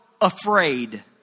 afraid